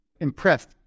impressed